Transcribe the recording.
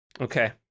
Okay